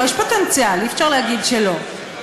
יש פוטנציאל, אי-אפשר להגיד שלא.